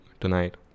tonight